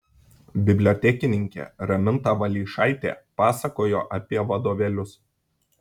bibliotekininkė raminta valeišaitė pasakojo apie vadovėlius